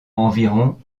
environ